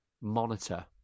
monitor